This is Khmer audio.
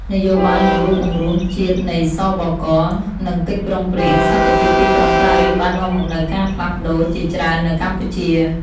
នយោបាយបង្រួបបង្រួមជាតិនៃ ស.ប.ក. និងកិច្ចព្រមព្រៀងសន្តិភាពទីក្រុងប៉ារីស បាននាំមកនូវការផ្លាស់ប្តូរជាច្រើននៅកម្ពុជា។